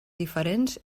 diferents